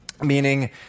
Meaning